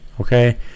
Okay